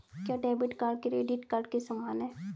क्या debit card credit card के समान है?